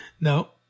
No